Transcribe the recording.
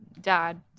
dad